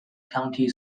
county